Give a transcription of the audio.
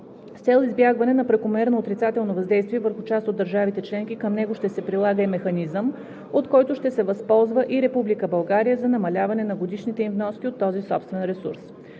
С цел избягване на прекомерно отрицателно въздействие върху част от държавите членки към него ще се прилага и механизъм, от който ще се възползва и Република България, за намаляване на годишните им вноски от този собствен ресурс;